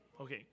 Okay